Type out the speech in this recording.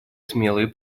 смелые